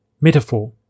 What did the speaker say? metaphor